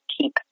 keep